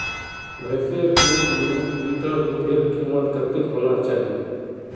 भैंसेर एक लीटर दूधेर कीमत कतेक होना चही?